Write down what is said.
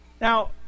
Now